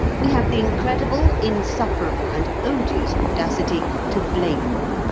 we have the incredible, insufferable, and odious audacity to blame them.